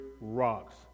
rocks